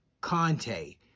Conte